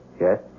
Yes